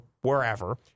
wherever